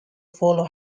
follow